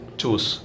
choose